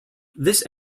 this